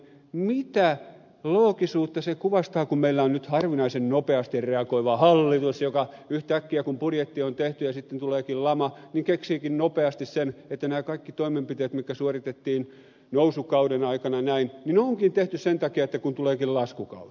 mitä loogisuutta se kuvastaa että kun meillä on nyt harvinaisen nopeasti reagoiva hallitus se yhtäkkiä kun budjetti on tehty ja tuleekin lama keksiikin nopeasti että nämä kaikki toimenpiteet mitkä suoritettiin nousukauden aikana onkin tehty sen takia kun tuleekin laskukausi